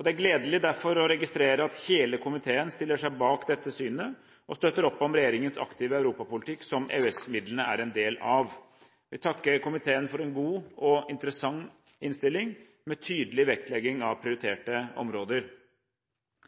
Det er derfor gledelig å registrere at hele komiteen stiller seg bak dette synet og støtter opp om regjeringens aktive europapolitikk, som EØS-midlene er en del av. Jeg vil takke komiteen for en god og interessant innstilling med tydelig vektlegging av prioriterte områder.